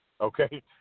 Okay